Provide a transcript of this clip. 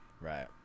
right